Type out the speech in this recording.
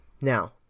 now